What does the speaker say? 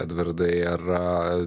edvardai ar a